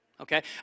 okay